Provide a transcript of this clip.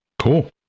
Cool